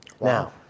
Now